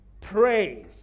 Praise